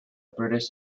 british